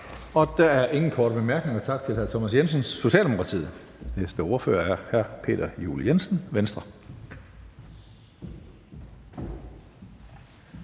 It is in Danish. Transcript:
Der er ikke nogen korte bemærkninger. Tak til hr. Thomas Jensen, Socialdemokratiet. Næste ordfører er hr. Peter Juel-Jensen, Venstre.